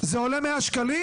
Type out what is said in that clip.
זה עולה 100 שקלים?